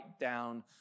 down